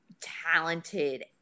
talented